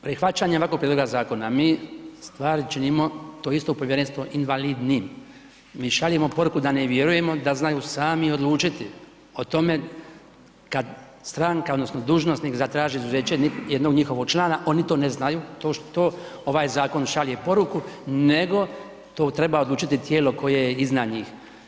Prihvaćanjem ovakvog prijedloga zakona, mi stvari činimo to isto povjerenstvo invalidnim, mi šaljemo poruku da ne vjerujemo da znaju sami odlučiti o tome kad stranka odnosno dužnosnik zatraži izuzeće jednog njihovog člana oni to ne znaju, to ovaj zakon šalje poruku, nego to treba odlučiti tijelo koje je iznad njih.